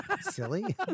Silly